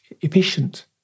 efficient